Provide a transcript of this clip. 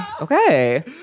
Okay